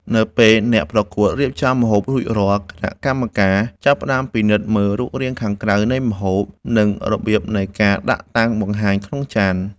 នៅពេលអ្នកប្រកួតរៀបចំម្ហូបរួចរាល់ គណៈកម្មការចាប់ផ្ដើមពិនិត្យមើលរូបរាងខាងក្រៅនៃម្ហូប និងរបៀបនៃការដាក់តាំងបង្ហាញក្នុងចាន។